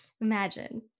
Imagine